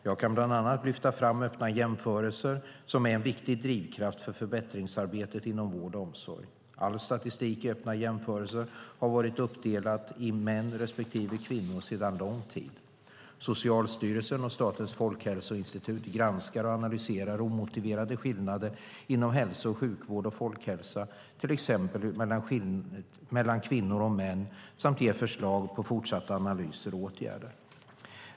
Jag kan bland annat lyfta fram Öppna jämförelser, som är en viktig drivkraft för förbättringsarbetet inom vård och omsorg. All statistik i Öppna jämförelser har sedan lång tid varit uppdelat på män respektive kvinnor. Socialstyrelsen och Statens folkhälsoinstitut granskar och analyserar omotiverade skillnader inom hälso och sjukvård och folkhälsa, till exempel mellan kvinnor och män, samt ger förslag på fortsatta analyser och åtgärder.